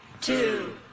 two